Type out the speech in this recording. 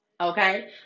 Okay